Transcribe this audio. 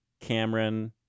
Cameron